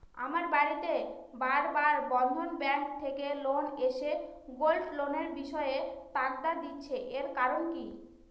আমার বাড়িতে বার বার বন্ধন ব্যাংক থেকে লোক এসে গোল্ড লোনের বিষয়ে তাগাদা দিচ্ছে এর কারণ কি?